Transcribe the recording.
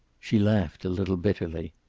she laughed a little bitterly.